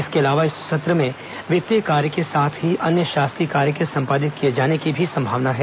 इसके अलावा इस सत्र में वित्तीय कार्य के साथ ही अन्य शासकीय कार्य के संपादित किए जाने की भी संभावना है